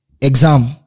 exam